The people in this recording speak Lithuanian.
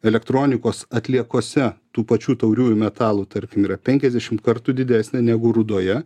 elektronikos atliekose tų pačių tauriųjų metalų tarkim yra penkiasdešimt kartų didesnė negu rūdoje